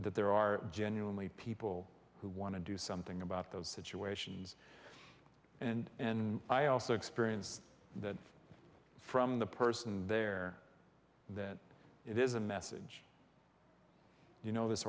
that there are genuinely people who want to do something about those situations and i also experienced that from the person there that it is a message you know this